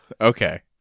okay